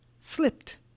slipped